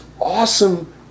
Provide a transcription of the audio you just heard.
awesome